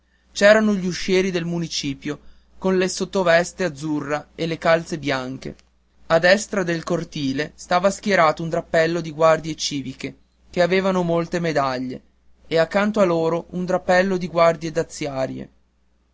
c'erano gli uscieri del municipio con la sottoveste azzurra e le calze bianche a destra del cortile stava schierato un drappello di guardie civiche che avevano molte medaglie e accanto a loro un drappello di guardie